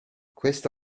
questo